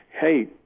hey